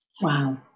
Wow